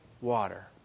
water